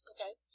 Okay